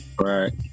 Right